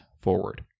forward